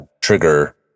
trigger